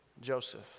Joseph